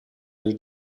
del